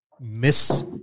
miss